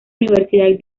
universidad